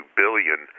billion